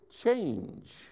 change